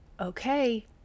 okay